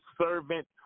servant